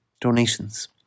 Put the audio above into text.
donations